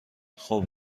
خوب